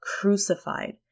crucified